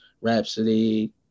rhapsody